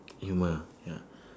humour ah ya